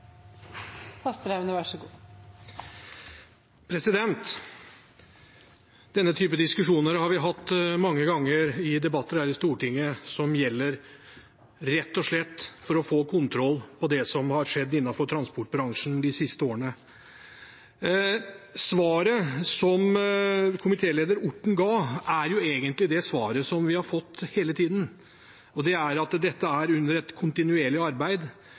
er bare så synd at vi må slepe regjeringen etter istedenfor at regjeringen kunne gått foran og tatt en lederrolle. Denne typen diskusjoner har vi hatt mange ganger her i Stortinget. Det gjelder rett og slett å få kontroll på det som har skjedd innenfor transportbransjen de siste årene. Svaret som transportkomiteens leder, Orten, ga, er egentlig det svaret vi har fått hele tiden, at dette er under kontinuerlig arbeid,